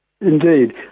Indeed